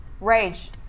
Rage